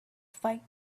fight